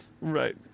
Right